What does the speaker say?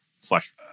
slash